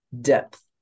depth